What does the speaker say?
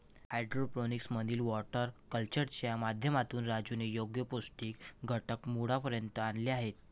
hydroponics मधील water कल्चरच्या माध्यमातून राजूने योग्य पौष्टिक घटक मुळापर्यंत आणले आहेत